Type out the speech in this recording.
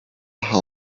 how